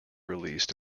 released